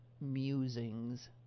musings